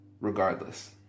regardless